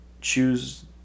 choose